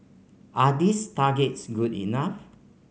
are these targets good enough